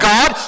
God